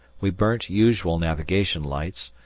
we burnt usual navigation lights,